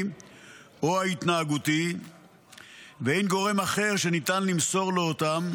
או ההתנהגותי ואין גורם אחר שניתן למסור לו אותם,